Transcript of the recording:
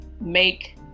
make